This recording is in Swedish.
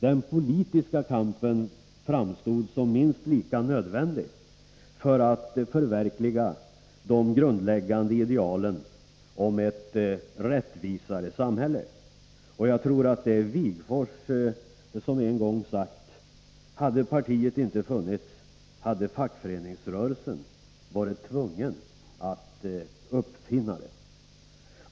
Den politiska kampen framstod som minst lika nödvändig för att förverkliga de grundläggande idealen om ett rättvisare samhälle. Jag tror att det var Wigforss som en gång sade: Hade partiet inte funnits, hade fackföreningsrörelsen varit tvungen att uppfinna det.